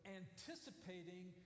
anticipating